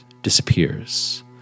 disappears